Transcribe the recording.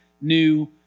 new